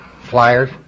Flyers